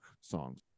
songs